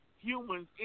humans